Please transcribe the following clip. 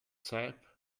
sap